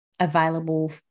available